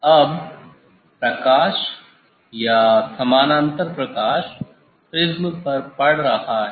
अब प्रकाश या समानांतर प्रकाश प्रिज्म पर पड़ रहा है